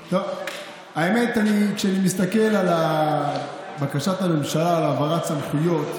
האמת היא שכשאני מסתכל על בקשת הממשלה להעברת סמכויות,